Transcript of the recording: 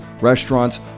restaurants